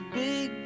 big